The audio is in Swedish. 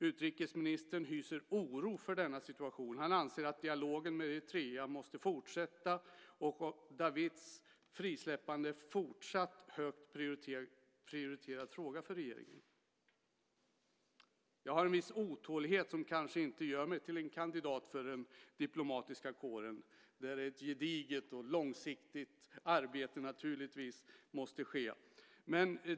Utrikesministern hyser oro för denna situation. Han anser att dialogen med Eritrea måste fortsätta, och Dawits frisläppande är en fortsatt högt prioriterad fråga för regeringen. Jag har en viss otålighet som kanske inte gör mig till en kandidat för den diplomatiska kåren, där ett gediget och långsiktigt arbete naturligtvis måste ske.